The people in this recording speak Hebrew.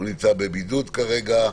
הוא נמצא בבידוד כרגע.